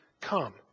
come